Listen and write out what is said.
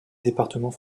département